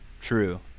true